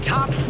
Top